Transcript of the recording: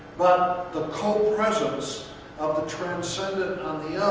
but the copresence of the transcendent on the